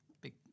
big